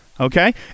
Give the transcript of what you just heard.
Okay